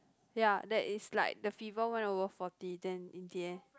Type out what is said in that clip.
ya there is like the fever went over forty then in the end